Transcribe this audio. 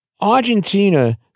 Argentina